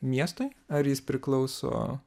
miestui ar jis priklauso